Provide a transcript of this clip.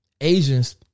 Asians